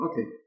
Okay